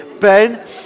Ben